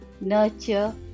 nurture